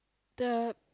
the